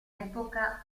epoca